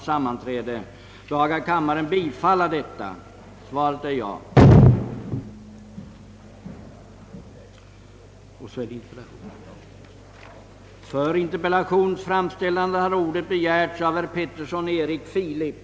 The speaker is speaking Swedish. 2. Avser statsrådet föranstalta om att objektiva och entydiga informationer delges allmänheten allteftersom forskningsresultat framkommer?